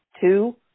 two